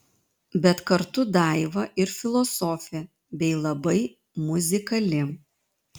bet kartu daiva ir filosofė bei labai muzikali